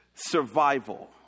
survival